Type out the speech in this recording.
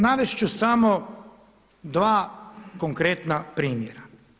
Navesti ću samo dva konkretna primjera.